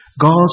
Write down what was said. God's